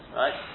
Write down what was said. right